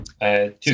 Two